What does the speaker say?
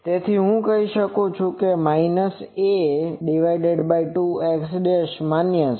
તેથી હું કહી શકું છું કે આ a2 x માન્ય છે